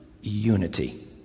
unity